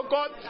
God